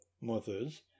mothers